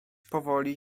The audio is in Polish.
powoli